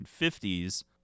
1950s